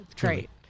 Great